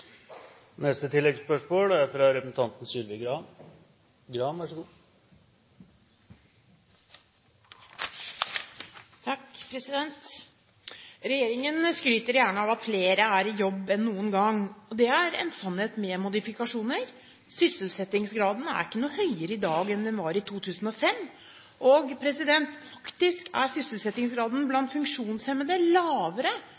Sylvi Graham – til oppfølgingsspørsmål. Regjeringen skryter gjerne av at flere er i jobb enn noen gang. Det er en sannhet med modifikasjoner. Sysselsettingsgraden er ikke noe høyere i dag enn den var i 2005, faktisk er sysselsettingsgraden